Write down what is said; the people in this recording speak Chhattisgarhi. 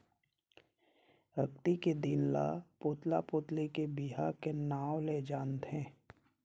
अक्ती के दिन ल पुतला पुतली के बिहा के नांव ले जानथें